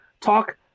talk